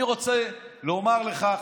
אני רוצה לומר לך,